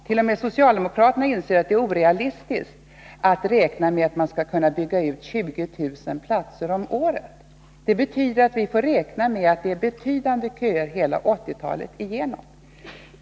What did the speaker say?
T. o. m. socialdemokraterna inser att det är orealistiskt att räkna med att man skall kunna bygga ut 20 000 platser om året. Det betyder att vi får räkna med att det är betydande köer hela 1980-talet igenom.